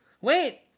Wait